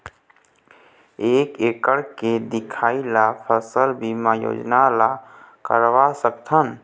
एक एकड़ के दिखाही ला फसल बीमा योजना ला करवा सकथन?